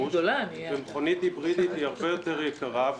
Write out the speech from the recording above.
מכונית היברידית היא הרבה יותר יקרה.